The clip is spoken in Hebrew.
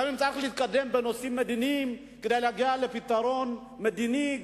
גם אם צריך להתקדם בנושאים מדיניים כדי להגיע לפתרון מדיני,